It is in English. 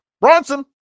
Bronson